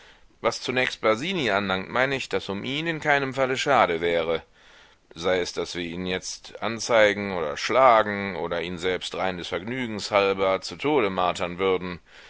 was zunächst basini anlangt meine ich daß um ihn in keinem falle schade wäre sei es daß wir ihn jetzt anzeigen oder schlagen oder ihn selbst rein des vergnügens halber zu tode martern würden